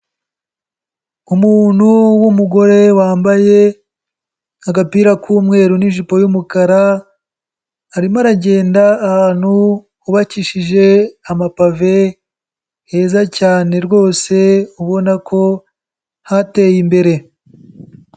Umuntu w'umugore wambaye agapira k'umweru n'ijipo y'umukara arimo aragenda ahantu hubakishije amapave heza cyane rwose ubona ko hateye imbere.